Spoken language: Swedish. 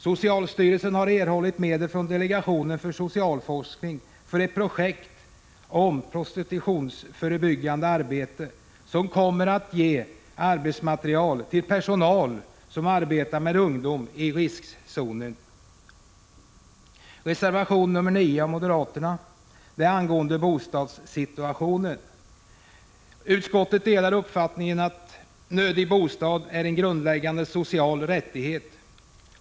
Socialstyrelsen har erhållit medel från delegationen för social forskning för ett projekt om prostitutionsförebyggande arbete, som kommer att ge arbetsmaterial till personal som arbetar med ungdom i riskzonen. Reservation 9 av moderaterna handlar om utslagnas bostadssituation. Utskottet delar uppfattningen att nödig bostad är en grundläggande social rättighet.